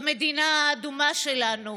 במדינה האדומה שלנו,